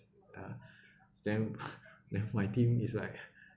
uh then then my team is like